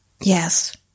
Yes